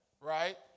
Right